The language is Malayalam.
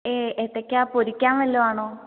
എ ഏത്തയ്ക്ക പൊരിക്കാൻ വെല്ലതും ആണോ